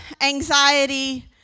anxiety